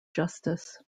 justice